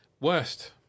worst